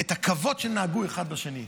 את הכבוד שבו הם נהגו אחד בשני.